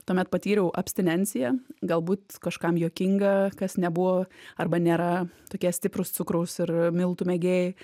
tuomet patyriau abstinenciją galbūt kažkam juokinga kas nebuvo arba nėra tokie stiprūs cukraus ir miltų mėgėjai